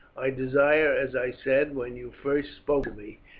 i desire, as i said when you first spoke to me,